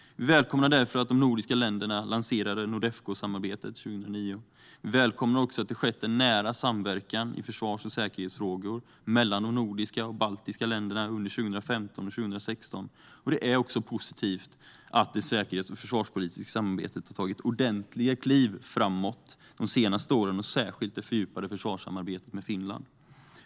Vi välkomnar därför att de nordiska länderna lanserade Nordefcosamarbetet 2009. Vi välkomnar också att det skett en nära samverkan i försvars och säkerhetsfrågor mellan de nordiska och baltiska länderna under 2015 och 2016. Det är också positivt att det säkerhets och försvarspolitiska samarbetet har tagit ordentliga kliv framåt de senaste åren. Det gäller särskilt det fördjupade försvarssamarbetet med Finland.